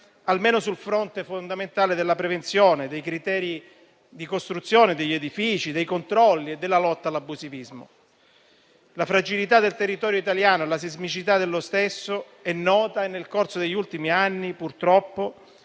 almeno sul fronte fondamentale della prevenzione e dei criteri di costruzione degli edifici, dei controlli e della lotta all'abusivismo. La fragilità del territorio italiano e la sismicità dello stesso sono note e nel corso degli ultimi anni sono